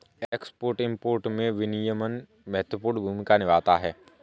export import में विनियमन महत्वपूर्ण भूमिका निभाता है